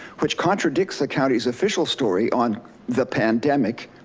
which contradicts the county's official story on the pandemic,